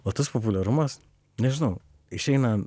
o tas populiarumas nežinau išeina